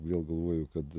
vėl galvoju kad